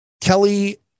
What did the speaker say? Kelly